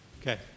Okay